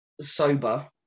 sober